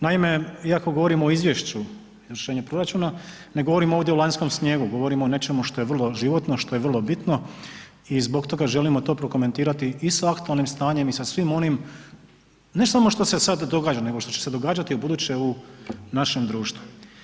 Naime, iako govorimo o izvješću o izvršenju proračuna, ne govorimo ovdje o lanjskom snijegu, gotovimo o nečemu što je vrlo životno, što je vrlo bitno i zbog toga želimo to prokomentirati i sa aktualnim stanjem i sa svim onim ne samo što se sada događa nego što će se događati ubuduće u našem društvu.